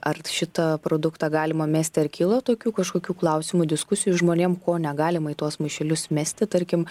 ar šitą produktą galima mesti ar kyla tokių kažkokių klausimų diskusijų žmonėm ko negalima į tuos maišelius mesti tarkim